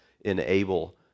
enable